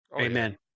Amen